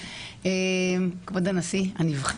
כבוד הנשיא הנבחר,